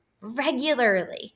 regularly